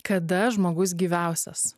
kada žmogus gyviausias